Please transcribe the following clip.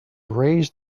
raised